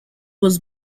was